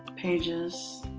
pages.